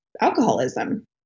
alcoholism